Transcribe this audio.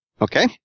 Okay